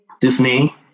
Disney